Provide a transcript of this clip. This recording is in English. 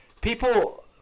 people